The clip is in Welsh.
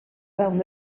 fewn